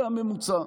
זה הממוצע.